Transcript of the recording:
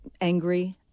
angry